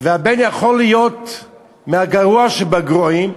והבן יכול להיות הגרוע שבגרועים,